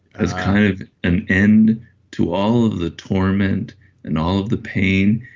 as kind of an end to all of the torment and all of the pain.